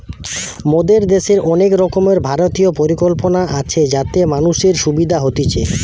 মোদের দ্যাশের অনেক রকমের ভারতীয় পরিকল্পনা আছে যাতে মানুষের সুবিধা হতিছে